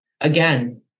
again